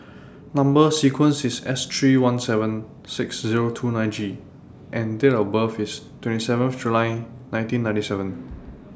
Number sequence IS S three one seven six Zero two nine G and Date of birth IS twenty seven of July nineteen ninety seven